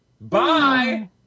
Bye